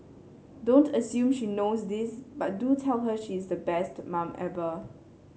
don't assume she knows this but do tell her she is the best mum ever